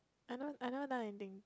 I know I now I think